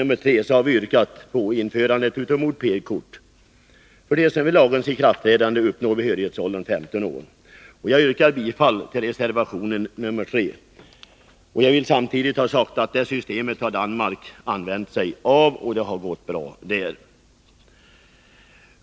I reservation nr 3 har vi yrkat på införande av mopedkort för dem som efter lagens ikraftträdande uppnår behörighetsåldern 15 år, och jag yrkar bifall till denna reservation. Jag vill samtidigt ha sagt att Danmark har använt sig av detta system och att det har gått bra.